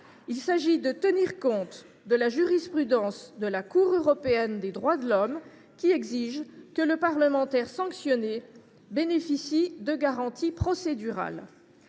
Il s’agit ici de tenir compte de la jurisprudence de la Cour européenne des droits de l’Homme, qui exige que le parlementaire sanctionné bénéficie de garanties procédurales.